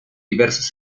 diversos